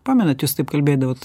pamenat jūs taip kalbėdavot